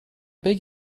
beg